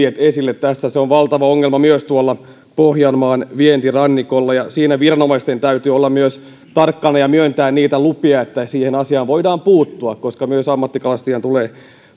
esille tässä se on valtava ongelma myös tuolla pohjanmaan vientirannikolla ja siinä viranomaisten täytyy myös olla tarkkana ja myöntää niitä lupia että siihen asiaan voidaan puuttua koska myös ammattikalastajien tulee